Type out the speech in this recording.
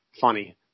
funny